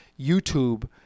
YouTube